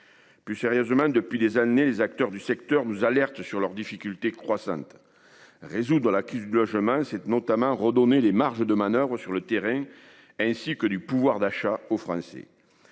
et résilience ?... Voilà des années que les acteurs du secteur nous alertent sur leurs difficultés croissantes. Résoudre la crise du logement, c'est notamment redonner des marges de manoeuvre sur le terrain, ainsi que du pouvoir d'achat aux Français.